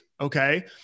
Okay